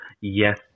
Yes